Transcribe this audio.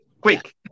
Quick